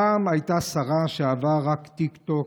פעם הייתה שרה שאהבה רק טיקטוק.